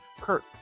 Kurt